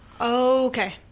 Okay